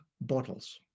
bottles